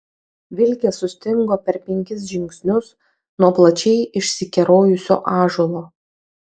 vilkė sustingo per penkis žingsnius nuo plačiai išsikerojusio ąžuolo